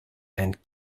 and